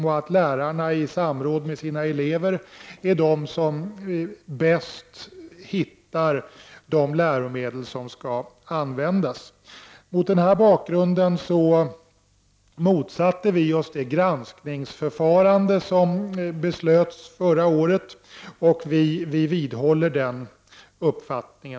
Vi tror att lärarna i samråd med sina elever är de som bäst hittar de läromedel som skall användas. Mot den bakgrunden motsatte vi oss det granskningsförfarande som beslöts förra året. Vi vidhåller denna vår uppfattning.